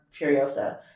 Furiosa